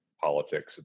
politics